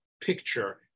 picture